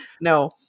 No